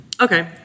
Okay